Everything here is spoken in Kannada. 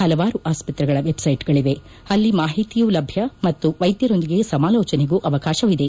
ಹಲವಾರು ಆಸ್ಪತ್ರೆಗಳ ವೆಬ್ ಸೈಟ್ಗಳಿವೆ ಅಲ್ಲಿ ಮಾಹಿತಿಯೂ ಲಭ್ಞ ಮತ್ತು ವೈದ್ಯರೊಂದಿಗೆ ಸಮಾಲೋಚನೆಗೂ ಅವಕಾಶವಿದೆ